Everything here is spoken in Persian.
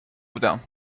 بودم